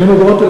80 אגורות,